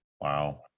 wow